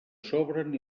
sobren